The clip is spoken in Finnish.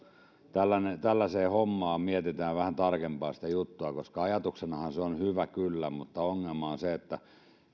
tällaiseen hommaan mietitään vähän tarkempaan sitä juttua vaikka ajatuksenahan se on hyvä kyllä ongelma on se että